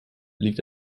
liegt